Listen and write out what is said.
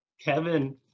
Kevin